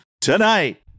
tonight